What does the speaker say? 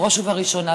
בראש ובראשונה,